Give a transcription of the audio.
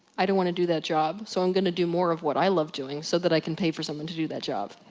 i don't wanna do that job, so i'm gonna do more of what i love doing so that i can pay for someone to do that job.